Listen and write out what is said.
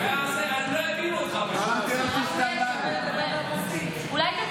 אולי לדבר ברוסית?